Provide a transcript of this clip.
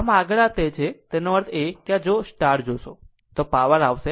આમ આગળ આ તે છે તેનો અર્થ એ કે જો આ જોશો તો પાવર આવશે